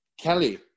Kelly